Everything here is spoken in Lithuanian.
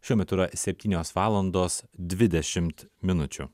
šiuo metu yra septynios valandos dvidešimt minučių